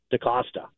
DaCosta